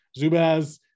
Zubaz